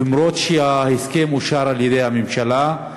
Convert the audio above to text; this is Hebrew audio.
למרות שההסכם אושר על-ידי הממשלה,